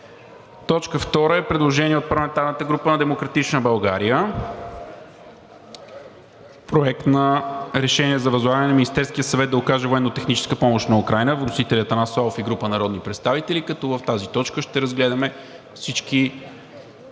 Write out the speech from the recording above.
2. Предложение от парламентарната група на „Демократична България“. Проект на решение за възлагане на Министерския съвет да окаже военнотехническа помощ на Украйна. Вносители – Атанас Славов и група народни представители. В тази точка ще разгледаме всичките